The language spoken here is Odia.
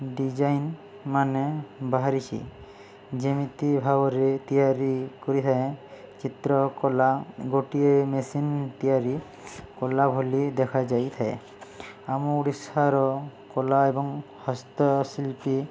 ଡିଜାଇନ ମାନେ ବାହାରିଛି ଯେମିତି ଭାବରେ ତିଆରି କରିଥାଏ ଚିତ୍ର କଳା ଗୋଟିଏ ମେସିନ୍ ତିଆରି କଲା ଭଳି ଦେଖାଯାଇଥାଏ ଆମ ଓଡ଼ିଶାର କଳା ଏବଂ ହସ୍ତଶିଳ୍ପୀ